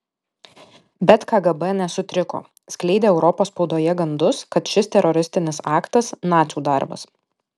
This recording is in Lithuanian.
bet kgb nesutriko skleidė europos spaudoje gandus kad šis teroristinis aktas nacių darbas